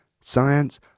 Science